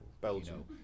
Belgium